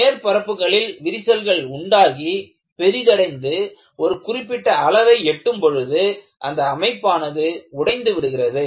மேற்பரப்புகளில் விரிசல்கள் உண்டாகி பெரிதடைந்து ஒரு குறிப்பிட்ட அளவை எட்டும் பொழுது அந்த அமைப்பானது உடைந்து விடுகிறது